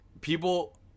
people